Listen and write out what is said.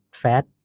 fat